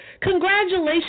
Congratulations